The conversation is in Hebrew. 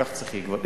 כך צריכים לגבות.